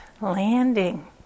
landing